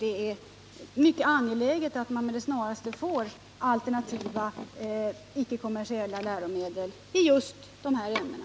Det är mycket angeläget att man med det snaraste får alternativa ickekommersiella läromedel i just de här ämnena.